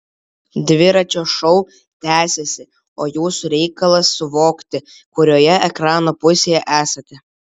dviračio šou tęsiasi o jūsų reikalas susivokti kurioje ekrano pusėje esate